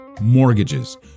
mortgages